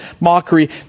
mockery